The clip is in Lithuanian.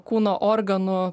kūno organų